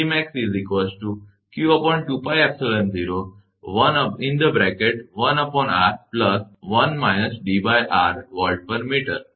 કારણ કે D એ r ત્રિજ્યાની તુલનામાં મોટો છે